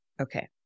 Okay